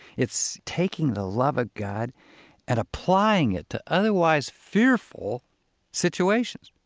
it's taking the love of god and applying it to otherwise fearful situations.